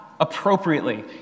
appropriately